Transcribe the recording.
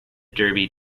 derby